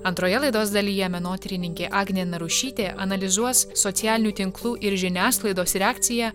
antroje laidos dalyje menotyrininkė agnė narušytė analizuos socialinių tinklų ir žiniasklaidos reakciją